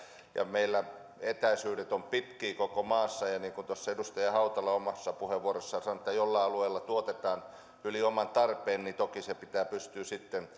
meillä etäisyydet ovat pitkiä koko maassa ja niin kuin tuossa edustaja hautala omassa puheenvuorossaan sanoi kun jollain alueella tuotetaan yli oman tarpeen niin toki se pitää pystyä sitten